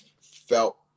felt